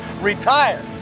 retire